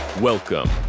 Welcome